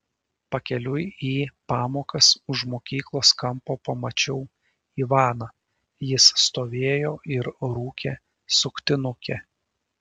pakeliui į pamokas už mokyklos kampo pamačiau ivaną jis stovėjo ir rūkė suktinukę